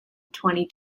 twenty